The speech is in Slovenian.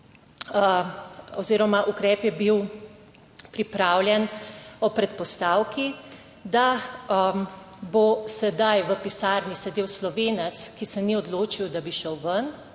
oziroma ukrep je bil pripravljen ob predpostavki, da bo sedaj v pisarni sedel Slovenec, ki se ni odločil, da bi šel ven